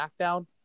SmackDown